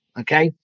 okay